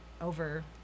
over